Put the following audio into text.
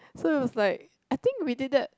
so it was like I think we did that